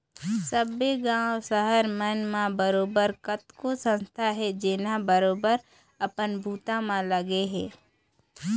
सब्बे गाँव, सहर मन म बरोबर कतको संस्था हे जेनहा बरोबर अपन बूता म लगे हे